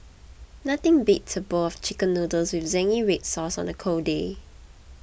nothing beats a bowl of Chicken Noodles with Zingy Red Sauce on a cold day